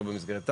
לא במסגרת תמ"א,